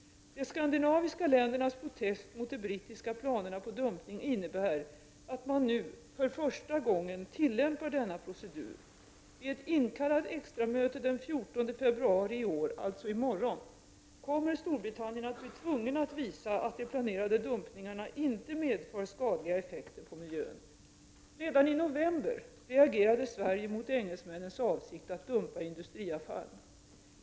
De skandinaviska ländernas protest mot de brittiska planerna på dumpning innebär att man nu, för första gången, tillämpar denna procedur. Vid ett inkallat extramöte den 14 februari i år, alltså i morgon, kommer Storbritannien att bli tvunget att visa att de planerade dumpningarna inte medför skadliga effekter på miljön. Redan i november reagerade Sverige mot engelsmännens avsikt att dumpa industriavfall.